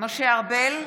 משה ארבל,